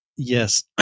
Yes